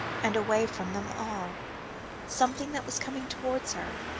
and away from them all something that was coming towards her,